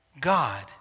God